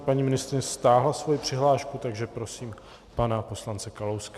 Paní ministryně stáhla svoji přihlášku, takže prosím pana poslance Kalouska.